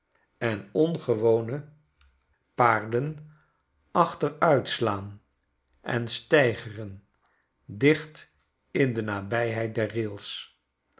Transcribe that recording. en ongewone paarschetsen uit amerika den achteruitslaan en steigeren dicht in de nabijheid der rails